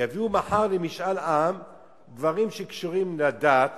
יביאו מחר למשאל דברים שקשורים לדת